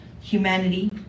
humanity